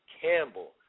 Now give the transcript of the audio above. Campbell